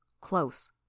Close